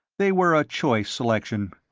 they were a choice selection.